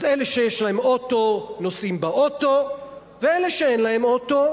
אז אלה שיש להם אוטו נוסעים באוטו ואלה שאין להם אוטו